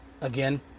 again